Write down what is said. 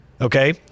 Okay